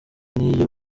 n’iyo